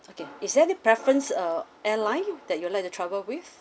okay is there any preference uh airline that you'll like to travel with